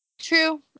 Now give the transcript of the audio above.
True